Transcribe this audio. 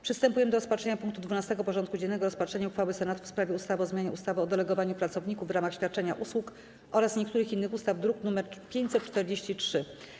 Przystępujemy do rozpatrzenia punktu 12. porządku dziennego: Rozpatrzenie uchwały Senatu w sprawie ustawy o zmianie ustawy o delegowaniu pracowników w ramach świadczenia usług oraz niektórych innych ustaw (druk nr 543)